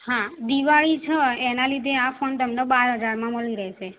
હા દિવાળી છે એનાં લીધે આ ફોન તમને બાર હજારમાં મળી રહેશે